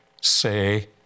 say